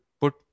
put